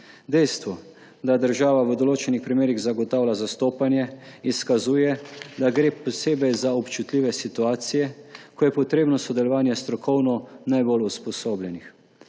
Dejstvo, da država v določenih primerih zagotavlja zastopanje, izkazuje, da gre za posebej občutljive situacije, ko je potrebno sodelovanje strokovno najbolj usposobljenih.